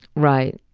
right.